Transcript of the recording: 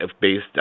based